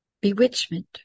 bewitchment